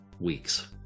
weeks